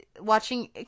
Watching